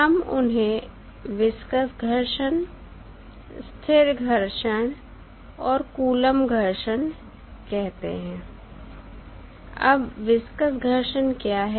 हम उन्हें विस्कस घर्षण स्थिर घर्षण और कूलम्ब घर्षण कहते हैं अब विसकस घर्षण क्या है